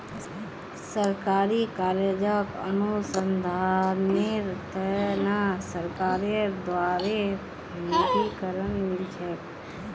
सरकारी कॉलेजक अनुसंधानेर त न सरकारेर द्बारे निधीकरण मिल छेक